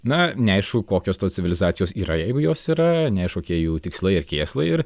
na neaišku kokios tos civilizacijos yra jeigu jos yra neaišku kokie jų tikslai ir kėslai ir